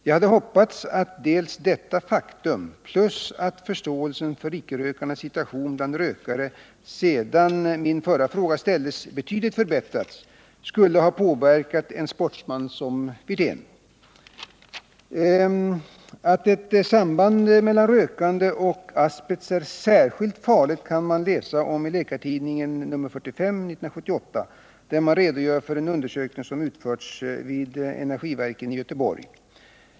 Jag hade hoppats att dels detta faktum, dels det faktum att förståelsen för icke-rökarnas situation bland rökare sedan min förra fråga ställdes betydligt hade förbättrats, skulle ha påverkat en sportsman som Rolf Wirtén. Att en kombination mellan rökande och asbest är särskilt farlig kan man läsa om i Läkartidningen nr 45 1978, där man redogör för en undersökning som utförts vid Energiverken i Göteborg.